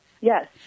Yes